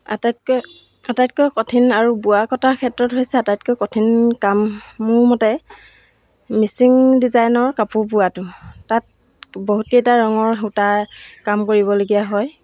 আটাইতকৈ আটাইতকৈ কঠিন আৰু বোৱা কটাৰ ক্ষেত্ৰত হৈছে আটাইতকৈ কঠিন কাম মোৰ মতে মিচিং ডিজাইনৰ কাপোৰ বোৱাটো তাত বহুতকেইটা ৰঙৰ সূতাৰ কাম কৰিবলগীয়া হয়